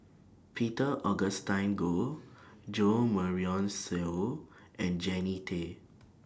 Peter Augustine Goh Jo Marion Seow and Jannie Tay